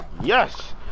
Yes